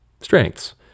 strengths